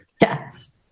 Yes